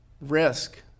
risk